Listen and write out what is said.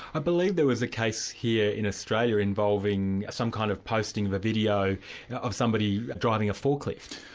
i believe there was a case here in australia involving some kind of posting of a video of somebody driving a forklift?